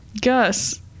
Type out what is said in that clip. Gus